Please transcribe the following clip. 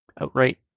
outright